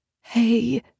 Hey